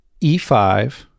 e5